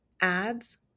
ads